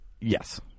Yes